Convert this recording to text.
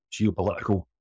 geopolitical